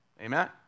Amen